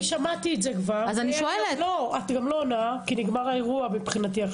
את לא עונה כי נגמר האירוע מבחינתי.